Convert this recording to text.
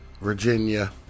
Virginia